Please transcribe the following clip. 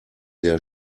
der